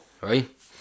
right